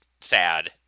sad